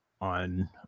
on